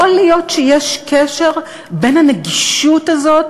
יכול להיות שיש קשר בין הנגישות הזאת,